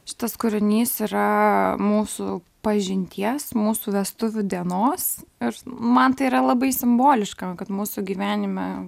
šitas kūrinys yra mūsų pažinties mūsų vestuvių dienos ir man tai yra labai simboliška kad mūsų gyvenime